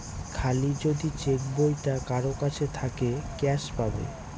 খালি যদি চেক বইটা কারোর কাছে থাকে ক্যাস পাবে